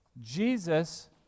Jesus